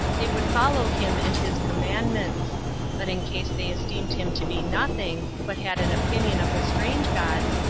they would follow him and his commandments but in case they esteemed him to be nothing, but had an opinion of the strange gods,